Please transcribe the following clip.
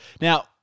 now